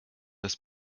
das